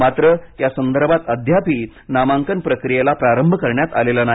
मात्रही यासंदर्भात अद्यापही नामांकन प्रक्रियेला प्रारंभ करण्यात आलेला नाही